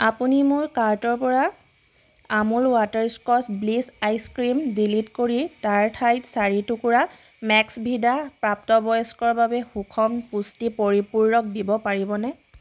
আপুনি মোৰ কাৰ্টৰ পৰা Amul butterscotch bliss ice cream delete কৰি তাৰ ঠাইত চাৰি টুকুৰা মেক্সভিদা প্ৰাপ্তবয়স্কৰ বাবে সুষম পুষ্টি পৰিপূৰক দিব পাৰিবনে